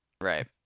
Right